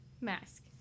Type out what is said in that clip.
mask